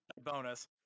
bonus